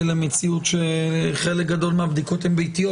למציאות שחלק גדול מהבדיקות הן ביתיות.